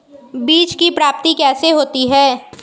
बीज की प्राप्ति कैसे होती है?